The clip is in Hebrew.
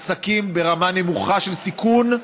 עסקים ברמה נמוכה של סיכון,